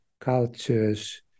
cultures